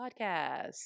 Podcast